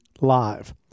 Live